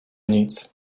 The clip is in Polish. nic